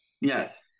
Yes